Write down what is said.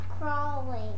crawling